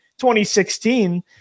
2016